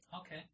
Okay